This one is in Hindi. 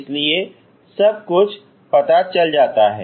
इसलिए सब कुछ पता चल जाता है